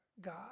God